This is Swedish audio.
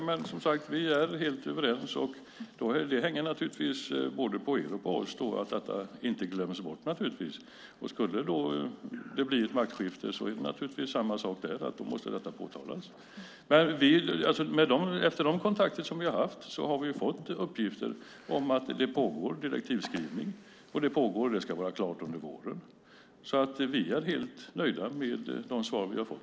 Herr talman! Vi är helt överens. Det hänger både på er och på oss att detta inte glöms bort. Skulle det bli ett maktskifte är det samma sak där. Då måste detta påtalas. Efter de kontakter som vi har haft har vi fått uppgifter om att det pågår arbete med direktivskrivning som ska vara klart under våren. Vi är helt nöjda med de svar vi har fått.